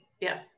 Yes